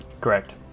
Correct